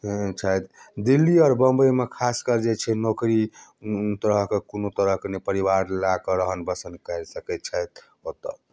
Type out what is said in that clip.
छथि दिल्ली आओर बम्बई मे खासकर जे छै नौकरी तरह के कोनो तरह के नहि परिवार लए कऽ रहन बसन कैर सकै छथि ओतऽ